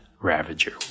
ravager